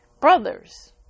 brothers